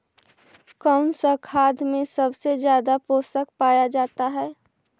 कौन सा खाद मे सबसे ज्यादा पोषण पाया जाता है?